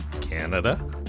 Canada